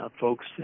Folks